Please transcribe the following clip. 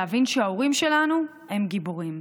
להבין שההורים שלנו הם גיבורים,